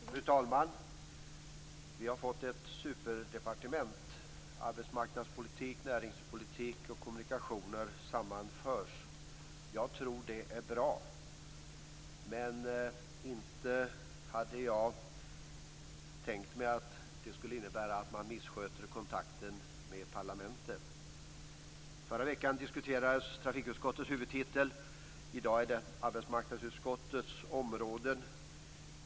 Fru talman! Vi har fått ett superdepartement. Arbetsmarknadspolitik, näringspolitik och kommunikationer sammanförs. Jag tror att det är bra, men inte hade jag tänkt mig att det skulle innebära att man missköter kontakten med parlamentet. Förra veckan diskuteras trafikutskottets huvudtitel. I dag är det arbetsmarknadsutskottets områden.